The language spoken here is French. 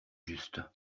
juste